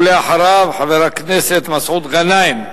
ולאחריו, חבר הכנסת מסעוד גנאים.